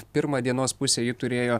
pirmą dienos pusę ji turėjo